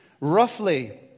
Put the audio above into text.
Roughly